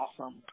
awesome